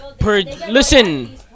listen